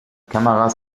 kameras